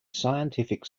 scientific